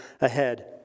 ahead